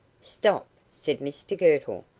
stop! said mr girtle.